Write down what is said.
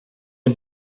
een